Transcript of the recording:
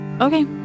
Okay